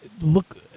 look